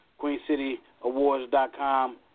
QueenCityAwards.com